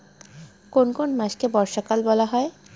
কোন কোন মাসকে বর্ষাকাল বলা হয়?